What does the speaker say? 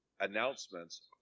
announcements